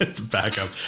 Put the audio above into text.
Backup